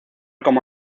como